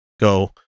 go